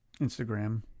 instagram